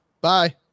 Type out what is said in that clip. Bye